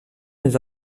mes